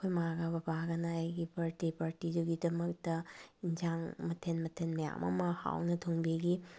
ꯑꯩꯈꯣꯏ ꯃꯥꯒ ꯕꯕꯥꯒꯅ ꯑꯩꯒꯤ ꯕꯥꯔꯗꯦ ꯄꯥꯔꯇꯤꯒꯤꯗꯨꯒꯤꯗꯃꯛꯇ ꯑꯦꯟꯁꯥꯡ ꯃꯊꯦꯜ ꯃꯊꯦꯜ ꯃꯌꯥꯝ ꯑꯃ ꯍꯥꯎꯅ ꯊꯣꯡꯕꯤꯈꯤ